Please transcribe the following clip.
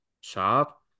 shop